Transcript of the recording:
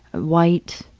white,